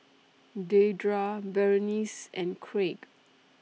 Dedra Berenice and Craig